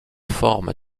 forme